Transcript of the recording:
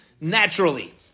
naturally